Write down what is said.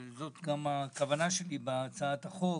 הכוונה שלי בהצעת החוק,